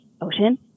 Ocean